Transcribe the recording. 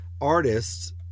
artists